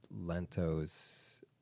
Lento's